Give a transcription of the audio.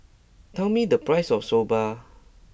tell me the price of Soba